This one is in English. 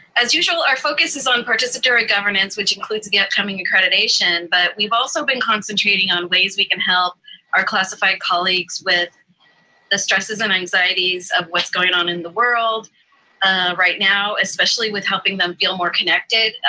as usual, our focus is on participatory governance, which includes the upcoming accreditation, but we've also been concentrating on ways we can help our classified colleagues with the stresses and anxieties of what's going on in the world right now, especially with helping them feel more connected.